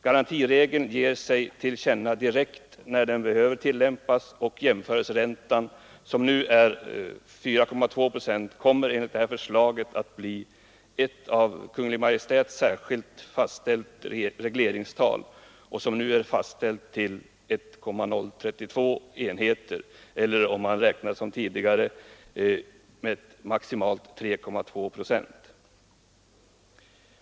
Garantiregeln ger sig till känna direkt när den behöver tillämpas, och jämförelseräntan, som för närvarande är 4,2 procent, kommer enligt förslaget att bli ett av Kungl. Maj:t särskilt fastställt regleringstal, som nu är fastställt till 1,032 enheter eller — om man räknar på samma sätt som tidigare — maximalt 3,2 procent.